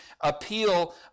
appeal